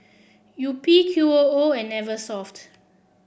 Yupi Qoo and Eversoft